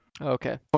Okay